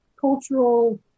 cultural